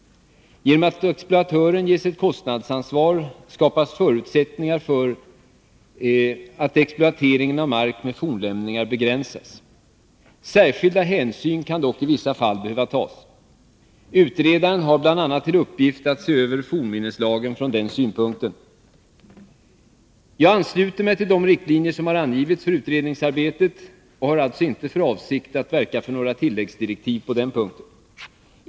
Genom att exploatören ges ett kostnadsansvar skapas förutsättningar för att exploateringen av mark med fornlämningar begränsas. Särskilda hänsyn kan dock i vissa fall behöva tas. Utredaren har bl.a. till uppgift att se över fornminneslagen från den synpunkten. Jag ansluter mig till de riktlinjer som har angivits för utredningsarbetet och har alltså inte för avsikt att verka för några tilläggsdirektiv på den punkten.